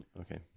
Okay